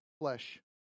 flesh